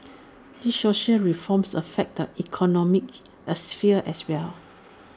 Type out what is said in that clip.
these social reforms affect economic as sphere as well